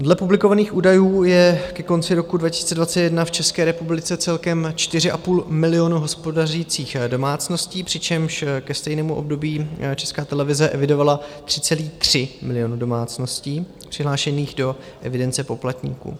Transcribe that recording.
Dle publikovaných údajů je ke konci roku 2021 v České republice celkem 4,5 milionu hospodařících domácností, přičemž ke stejnému období Česká televize evidovala 3,3 milionu domácností přihlášených do evidence poplatníků.